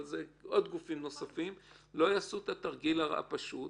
אבל יש עוד גופים נוספים שהם לא יעשו את התרגיל הפשוט